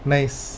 Nice